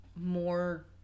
more